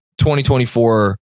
2024